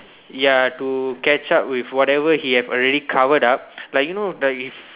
ya to catch up with whatever he have already covered up like you know the if